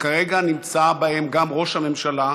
שכרגע נמצא בהן גם ראש הממשלה,